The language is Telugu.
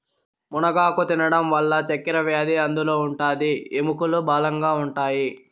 మునగాకు తినడం వల్ల చక్కరవ్యాది అదుపులో ఉంటాది, ఎముకలు బలంగా ఉంటాయి